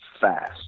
fast